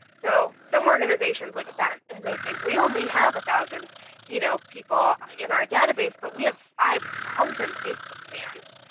so some organizations look at that and they think, we only have one thousand you know people in our database, but we have five thousand facebook fans.